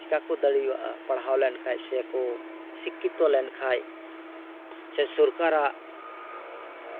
ᱪᱤᱠᱟ ᱠᱚ ᱫᱟᱲᱮᱭᱟᱜᱼᱟ ᱥᱮ ᱯᱟᱲᱦᱟᱣ ᱞᱮᱱᱠᱷᱟᱡ ᱟᱨᱠᱚ ᱥᱤᱠᱷᱤᱛᱚ ᱞᱮᱱᱠᱷᱟᱡ ᱥᱮ ᱥᱚᱨᱠᱟᱨᱟᱜ